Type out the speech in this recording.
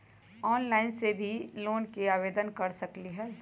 Online से भी loan के आवेदन कर सकलीहल?